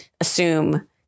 assume